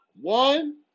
One